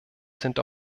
sind